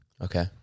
Okay